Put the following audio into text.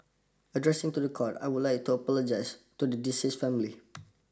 addressing to the court I would like to apologise to the deceased's family